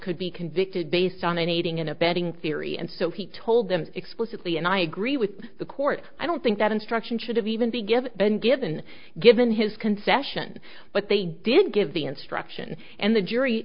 could be convicted based on aiding and abetting theory and so he told them explicitly and i agree with the court i don't think that instruction should have even be given been given given his concession but they did give the instruction and the jury